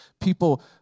people